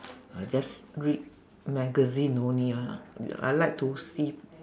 I just read magazine only lah ya I like to see